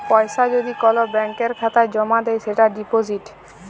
পয়সা যদি কল ব্যাংকের খাতায় জ্যমা দেয় সেটা ডিপজিট